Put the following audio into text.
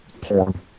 Porn